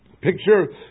Picture